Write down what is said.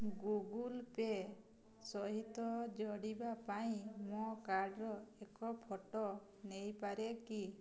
Google Pay ସହିତ ଯଡ଼ିବା ପାଇଁ ମୋ କାର୍ଡ଼ର ଏକ ଫଟୋ ନେଇପାରେ କି